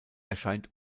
erscheint